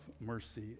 mercy